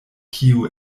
kiu